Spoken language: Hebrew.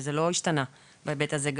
וזה לא השתנה בהיבט הזה,